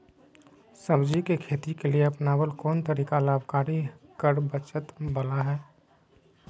सब्जी के खेती के लिए अपनाबल कोन तरीका लाभकारी कर बचत बाला है?